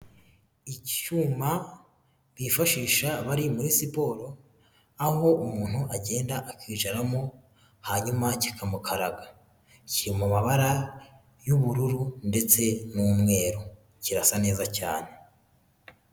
Icyuma bifashisha bari muri siporo aho umuntu agenda akicaramo hanyuma kikamukaraga, kiri mu mabara y'ubururu ndetse n'umweru kirasa neza cyane.